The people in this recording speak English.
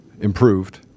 improved